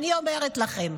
אני אומרת לכם,